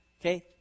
Okay